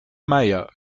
meier